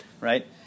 Right